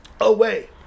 away